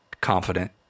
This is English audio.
confident